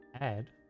add